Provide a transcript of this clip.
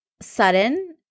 sudden